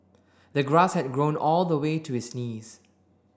the grass had grown all the way to his knees